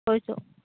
থৈছোঁ